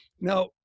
now